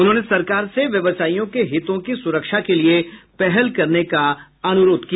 उन्होंने सरकार से व्यावसायियों के हितों की सुरक्षा के लिये पहल करने का अनुरोध किया